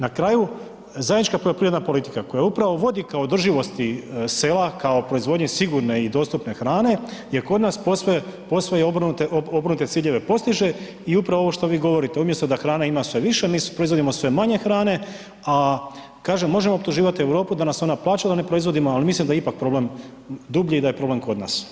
Na kraju, zajednička poljoprivredna politika koja upravo vodi ka održivosti sela kao proizvodnji sigurne i dostupne hrane jer kod nas posve, posve i obrnute, obrnute ciljeve postiže i upravo ovo što vi govorite, umjesto da hrane ima sve više, mi proizvodimo sve manje hrane, a kažem, možemo optuživat Europu da nas ona plaća, a da ne proizvodimo, al mislim da je ipak problem dublji i da je problem kod nas.